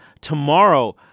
tomorrow